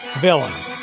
villain